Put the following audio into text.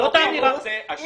עבד אל חכים חאג' יחיא (הרשימה המשותפת):